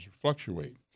fluctuate